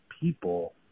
people